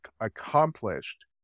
accomplished